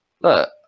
Look